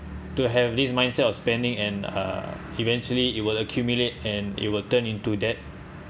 to have this mindset of spending and uh eventually it will accumulate and it will turn into debt